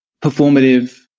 performative